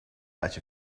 batch